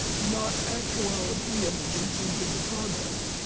not actuality of the usage of the product,